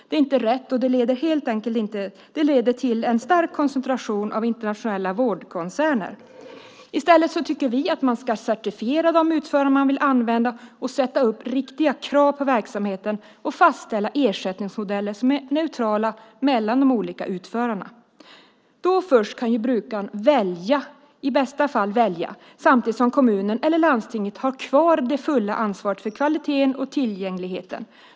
Det är inte rätt, och det leder till en stark koncentration till internationella vårdkoncerner. I stället tycker vi att de utförare som man vill använda sig av ska certifieras. Det ska sättas upp riktiga krav på verksamheten, och ersättningsmodeller ska fastställas som är neutrala mellan de olika utförarna. Först då kan brukaren, i bästa fall, välja, samtidigt som kommunen eller landstinget har kvar det fulla ansvaret för kvaliteten och tillgängligheten.